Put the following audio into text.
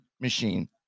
machine